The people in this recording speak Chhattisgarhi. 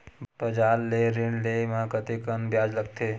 बजार ले ऋण ले म कतेकन ब्याज लगथे?